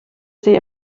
sie